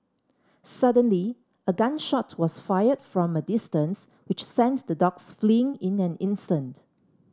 suddenly a gun shot was fired from a distance which sent the dogs fleeing in an instant